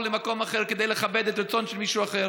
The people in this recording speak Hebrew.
למקום אחר כדי לכבד את הרצון של מישהו אחר.